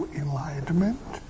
enlightenment